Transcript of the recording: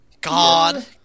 God